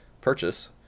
purchase